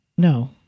No